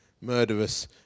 murderous